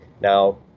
Now